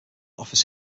office